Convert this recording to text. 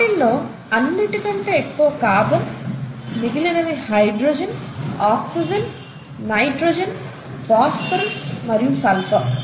వాటిల్లో అన్నిటికంటే ఎక్కువ కార్బన్ మిగిలినవి హైడ్రోజన్ ఆక్సిజన్ నైట్రోజన్ ఫాస్ఫరస్ మరియు సల్ఫర్